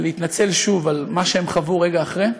ולהתנצל שוב על מה שהם חוו רגע אחרי,